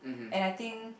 and I think